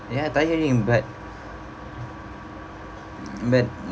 ya tiring but but